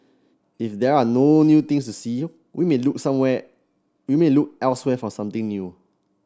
if there are no new things to see we may look somewhere we may look elsewhere for something new